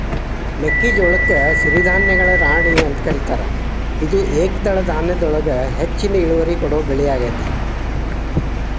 ಮೆಕ್ಕಿಜೋಳಕ್ಕ ಸಿರಿಧಾನ್ಯಗಳ ರಾಣಿ ಅಂತ ಕರೇತಾರ, ಇದು ಏಕದಳ ಧಾನ್ಯದೊಳಗ ಹೆಚ್ಚಿನ ಇಳುವರಿ ಕೊಡೋ ಬೆಳಿಯಾಗೇತಿ